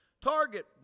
Target